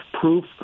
proof